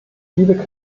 viele